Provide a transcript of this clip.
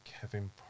Kevin